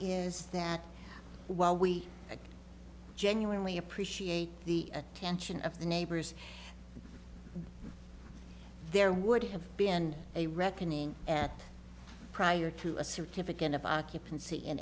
is that while we genuinely appreciate the attention of the neighbors there would have been a reckoning and prior to a certificate of occupancy in